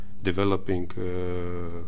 developing